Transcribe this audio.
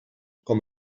com